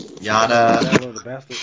yada